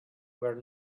were